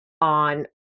on